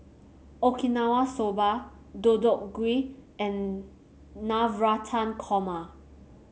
Okinawa Soba Deodeok Gui and Navratan Korma